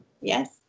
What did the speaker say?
yes